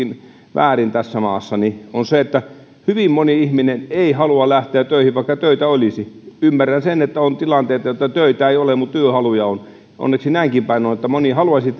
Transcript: väärin tässä maassa on se että hyvin moni ihminen ei halua lähteä töihin vaikka töitä olisi ymmärrän sen että on tilanteita jotta töitä ei ole mutta työhaluja on onneksi näinkin päin on että moni haluaisi